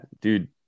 Dude